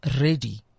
ready